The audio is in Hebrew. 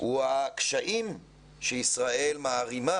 הוא הקשיים שישראל מערימה